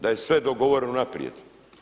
Da je sve dogovoreno unaprijed.